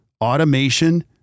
automation